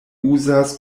uzas